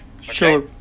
Sure